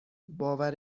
باور